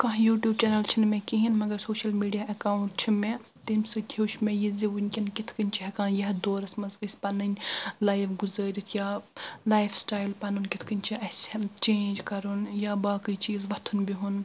کانٛہہ YouTube channel چھنہٕ مےٚ کہینۍ مگر سوشل میڈیا ایٚکاونٹ چھُ مےٚ تمہِ سۭتۍ ہیٚوچھ مےٚ یہِ زِ ونکیٚن کتھ کٔنۍ چھ ہیٚکان یتھ دورس منٛز أسۍ پنٕنۍ لایف گزٲرتھ یا لایف سٹایل پنُن کتھ کٔنۍ چھُ اسہِ چینج کَرُن یا باقٕے چیز وَتھُن بیٚہُن